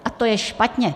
A to je špatně.